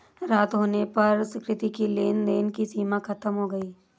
रात होने पर सुकृति की लेन देन की सीमा खत्म हो गई